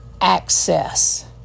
access